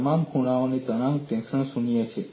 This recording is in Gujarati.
આ તમામ ખૂણાઓની તાણ ટેન્સર પણ શૂન્ય છે